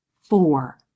four